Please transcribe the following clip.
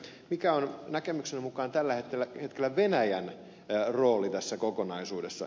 mikä on näkemyksenne mukaan tällä hetkellä venäjän rooli tässä kokonaisuudessa